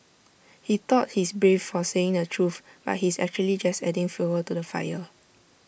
he thought he's brave for saying the truth but he's actually just adding fuel to the fire